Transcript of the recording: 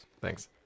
Thanks